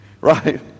Right